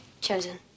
Chosen